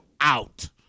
out